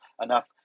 enough